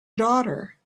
daughter